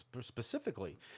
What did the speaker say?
specifically